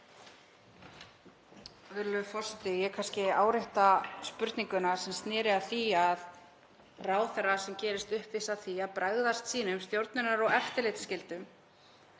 Virðulegur forseti. Ég kannski árétta spurninguna sem sneri að því að ráðherra sem gerist uppvís að því að bregðast sínum stjórnunar- og eftirlitsskyldum,